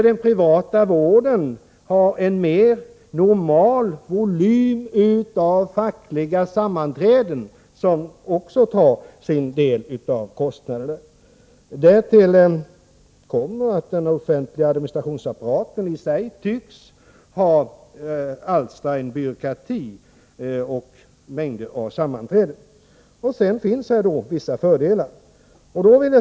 Den privata vården har också en mer normal volym när det gäller fackliga sammanträden, som också tar sin del av kostnaderna. Därtill kommer att den offentliga administrationsapparaten i sig tycks alstra en byråkrati och mängder av sammanträden. Det finns här också vissa fördelar.